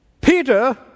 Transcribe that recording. Peter